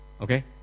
Okay